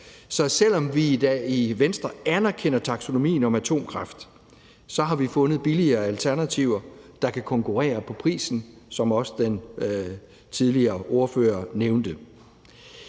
Så selv om Venstre anerkender taksonomien om atomkraft, har vi fundet billigere alternativer, der kan konkurrere på prisen, hvilket den forrige ordfører også nævnte.